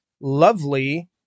lovely